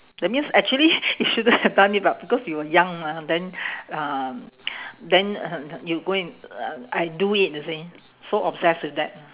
that means actually you shouldn't have done it but because you were young mah then um then you go and uh I do it you see so obsessed with that